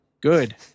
Good